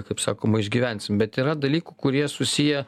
kaip sakoma išgyvensim bet yra dalykų kurie susiję